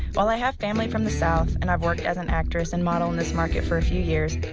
while i have family from the south and i've worked as an actress and model in this market for a few years,